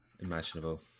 imaginable